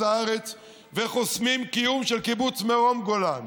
הארץ וחוסמים קיום של קיבוץ מרום גולן,